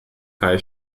kai